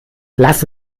lass